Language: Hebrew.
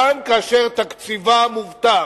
גם כאשר תקציבה מובטח,